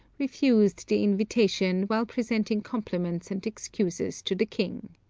refused the invitation while presenting compliments and excuses to the king.